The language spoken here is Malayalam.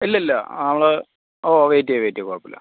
ഇല്ല ഇല്ല ആ നമ്മൾ ഓ വെയ്റ്റ് ചെയ്യാം വെയ്റ്റ് ചെയ്യാം കുഴപ്പം ഇല്ല